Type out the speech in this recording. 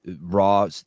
raw